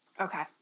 Okay